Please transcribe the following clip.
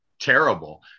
terrible